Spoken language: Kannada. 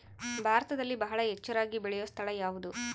ಭಾರತದಲ್ಲಿ ಬಹಳ ಹೆಚ್ಚು ರಾಗಿ ಬೆಳೆಯೋ ಸ್ಥಳ ಯಾವುದು?